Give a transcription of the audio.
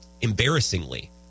embarrassingly